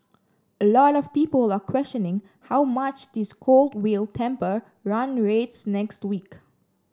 a lot of people are questioning how much this cold will temper run rates next week